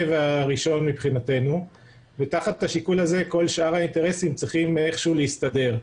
והראשון מבחינתנו ותחת השיקול הזה כל שאר האינטרסים צריכים איכשהו להסתדר.